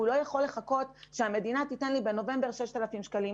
הוא לא יכול לחכות שהמדינה תיתן לי בנובמבר 6,000 שקלים.